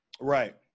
Right